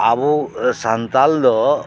ᱟᱹᱵᱩ ᱥᱟᱱᱛᱟᱞ ᱫᱚ